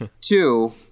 Two